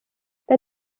der